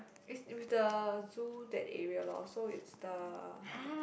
it's with the Zoo that area loh so it's the